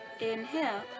Inhale